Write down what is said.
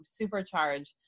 supercharge